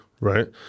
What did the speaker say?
right